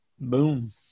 Boom